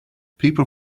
people